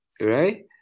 right